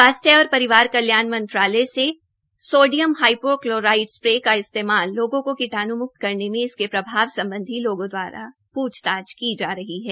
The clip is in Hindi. स्वास्थ्य और परिवार कल्याण मंत्रालय से सोडिया हाइपो क्लोराइड स्प्रे का इस्तेमाल लोगों को कीटाण् म्क्त करने में इसके प्रभाव सम्बधी लोगों द्वारा प्रछताछ की जा रही है